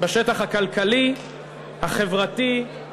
בשטח הכלכלי, החברתי,